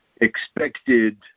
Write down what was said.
expected